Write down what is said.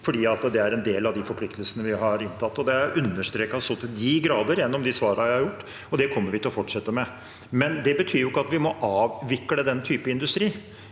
det er en del av de forpliktelsene vi har påtatt oss. Det har jeg understreket så til de grader gjennom de svarene jeg har gitt, og det kommer vi til å fortsette med. Det betyr ikke at vi må avvikle den typen industri